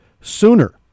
sooner